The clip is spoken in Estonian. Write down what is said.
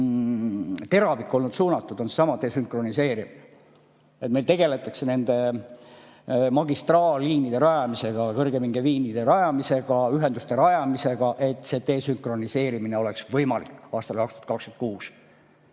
teravik olnud suunatud, on seesama desünkroniseerimine. Meil tegeldakse magistraalliinide rajamisega, kõrgepingeliinide rajamisega, ühenduste rajamisega, et see desünkroniseerimine oleks võimalik aastal 2026.